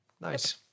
Nice